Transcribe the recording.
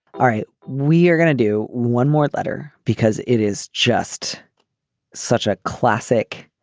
all right. we are gonna do one more letter because it is just such a classic,